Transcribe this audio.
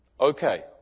Okay